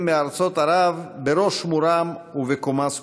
מארצות ערב בראש מורם ובקומה זקופה.